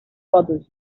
brothers